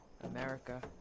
America